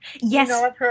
Yes